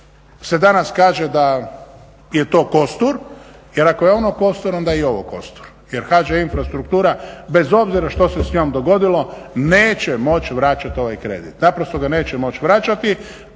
se danas kaže da je to kostur. Jer ako je ono kostur onda je i ovo kostur. Jer HŽ infrastruktura bez obzira što se s njom dogodilo neće moći vraćati ovaj kredit. Naprosto ga neće moći vraćati.